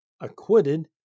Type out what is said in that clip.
acquitted